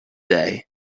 day